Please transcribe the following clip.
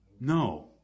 No